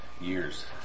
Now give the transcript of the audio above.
years